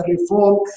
reform